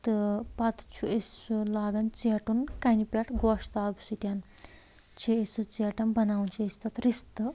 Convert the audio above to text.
تہٕ پَتہٕ چھُ أسۍ سُہ لاگان ژیٹُن کَنہِ پٮ۪ٹھ گۄشتاب سۭتۍ چھِ أسۍ سُہ ژیٹان بَناوان چھِ أسۍ تَتھ رِستہٕ